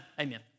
amen